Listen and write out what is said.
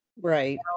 Right